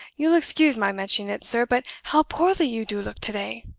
you'll excuse my mentioning it, sir, but how poorly you do look to-day!